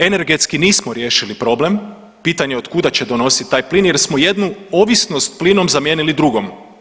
Energetski nismo riješili problem, pitanje od kuda će donositi taj plin jer smo jednu ovisnost plinom zamijenili drugom.